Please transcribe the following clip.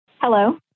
Hello